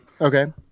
Okay